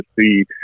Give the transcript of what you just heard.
see